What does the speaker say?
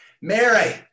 Mary